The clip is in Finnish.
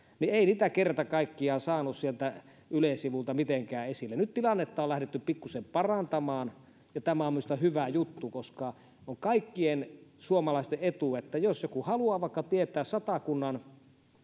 niitä ei kerta kaikkiaan saanut sieltä ylen sivuilta mitenkään esille nyt tilannetta on lähdetty pikkusen parantamaan ja tämä on minusta hyvä juttu koska on kaikkien suomalaisten etu että jos joku haluaa tietää vaikka satakunnan